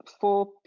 four